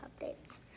updates